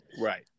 Right